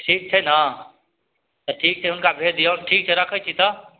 ठीक छै ने तऽ ठीक छै हुनका भेजि दिऔ ठीक छै राखै छी तऽ